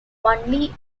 only